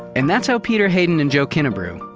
and that's how peter hayden and joe kinnebrew,